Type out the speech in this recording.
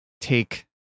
take